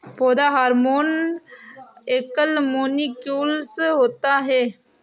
पौधा हार्मोन एकल मौलिक्यूलस होता है